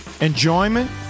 enjoyment